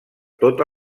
tota